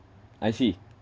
I see